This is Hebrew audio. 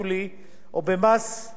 בגובה של 35%,